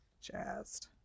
jazzed